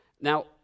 Now